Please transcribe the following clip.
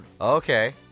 Okay